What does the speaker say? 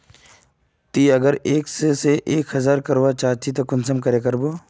ती अगर एक सो से एक हजार करवा चाँ चची ते कुंसम करे करबो?